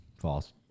false